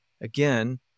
again